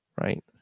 Right